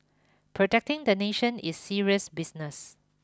protecting the nation is serious business